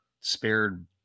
spared